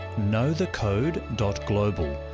KnowTheCode.global